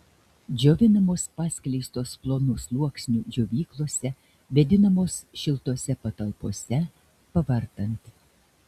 džiovinamos paskleistos plonu sluoksniu džiovyklose vėdinamose šiltose patalpose pavartant